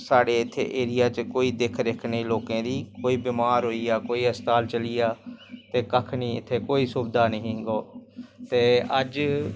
अस ग्रां रौह्न्ने होन्ने आं ठीक ऐ गोरमैंट नमां नमां रूल बना करदी ऐ ठीक ऐ जियां हुन गोरमैंट ऐ ओह् ते